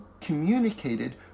communicated